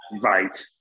right